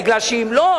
כי אם לא,